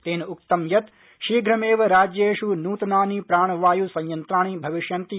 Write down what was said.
तेन उक्तं यत् शीघ्रमेव राज्येष् नूतनानि प्राणवाय् संयन्त्राणि भविष्यन्ति